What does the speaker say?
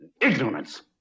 ignorance